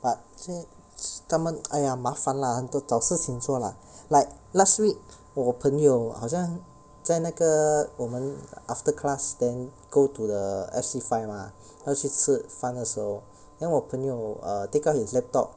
but 现在是他们 !aiya! 麻烦 lah 很多找事情做 lah like last week 我朋友好像在那个我们 after class then go to the F_C five mah 要去吃饭的时候 then 我朋友 take out his laptop